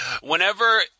Whenever